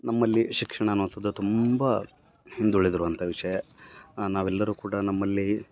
ನಮ್ಮಲ್ಲಿ ಶಿಕ್ಷಣ ಅನ್ನುವಂಥದ್ದು ತುಂಬ ಹಿಂದುಳಿದಿರುವಂಥ ವಿಷಯ ನಾವೆಲ್ಲರು ಕೂಡ ನಮ್ಮಲ್ಲಿ